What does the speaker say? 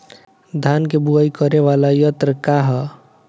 धान के बुवाई करे वाला यत्र का ह?